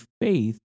faith